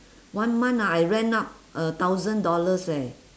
one month ah I rent out a thousand dollars eh